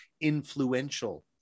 influential